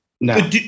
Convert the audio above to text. No